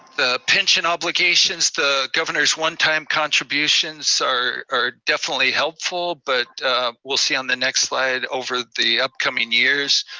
the pension obligations, the governor's one-time contributions are are definitely helpful, but we'll see on the next slide over the upcoming years,